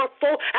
Powerful